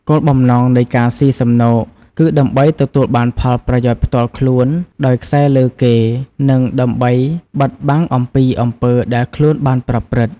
គោលបំណងនៃការស៊ីសំណូក គឺដើម្បីទទួលបានផលប្រយោជន៍ផ្ទាល់ខ្លួន ដោយខ្សែលើគេ និងដើម្បីបិតបាំងអំពីអំពើដែលខ្លួនបានប្រព្រឹត្តិ។